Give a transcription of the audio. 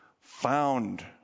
Found